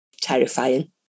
Terrifying